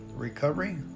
recovery